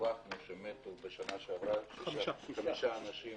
- דווחנו שמתו בשנה שעברה חמישה אנשים